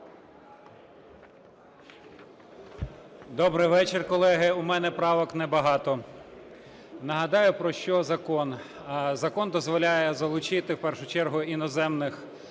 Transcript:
Добрий вечір, колеги. У мене правок небагато. Нагадаю, про що закон. Закон дозволяє залучити в першу чергу іноземних